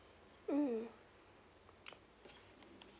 mm